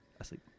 asleep